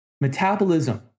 Metabolism